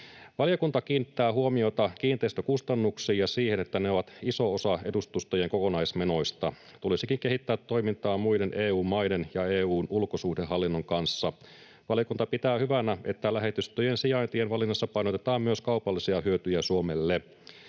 Valiokunta kiinnittää huomiota kiinteistökustannuksiin ja siihen, että ne ovat iso osa edustustojen kokonaismenoista. Tulisikin kehittää toimintaa muiden EU-maiden ja EU:n ulkosuhdehallinnon kanssa. Valiokunta pitää hyvänä, että lähetystöjen sijaintien valinnassa painotetaan myös kaupallisia hyötyjä Suomelle.